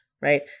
right